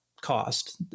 cost